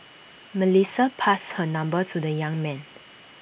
Melissa passed her number to the young man